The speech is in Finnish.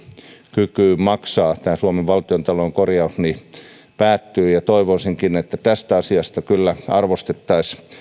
kykyyn maksaa suomen valtionta louden korjaus toivoisinkin että tästä asiasta arvostettaisiin